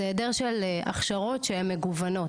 זה היעדר של הכשרות שהן מגוונות